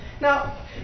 Now